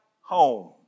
home